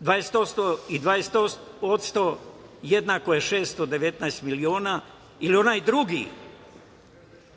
20% jednako je 619 miliona ili onaj drugi